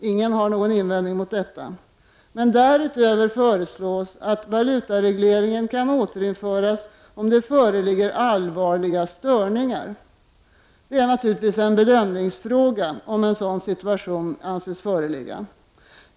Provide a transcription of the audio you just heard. Ingen har någon invändning mot det. Men därutöver föreslås det att valutareglering kan införas om det föreligger allvarliga störningar. Det är naturligtvis en bedömningsfråga om en sådan situation anses föreligga.